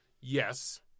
Yes